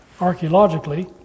archaeologically